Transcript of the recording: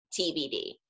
TBD